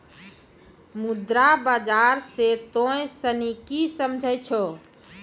मुद्रा बाजार से तोंय सनि की समझै छौं?